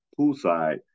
poolside